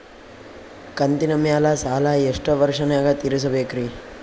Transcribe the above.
ಕಂತಿನ ಮ್ಯಾಲ ಸಾಲಾ ಎಷ್ಟ ವರ್ಷ ನ್ಯಾಗ ತೀರಸ ಬೇಕ್ರಿ?